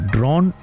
Drawn